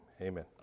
amen